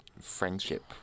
friendship